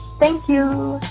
thank you